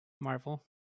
Marvel